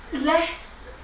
less